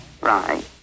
Right